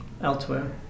elsewhere